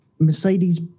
Mercedes